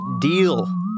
deal